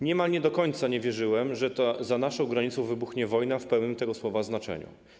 Niemal do końca nie wierzyłem, że to za naszą granicą wybuchnie wojna w pełnym tego słowa znaczeniu.